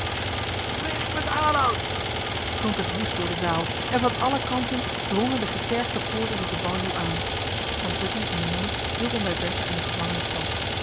weg met aloud klonk het woest door de zaal en van alle kanten drongen de getergde poorters op den baljuw aan van putten en de monnik hielden bij bertha en de gevangenen stand